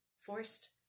forced